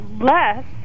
less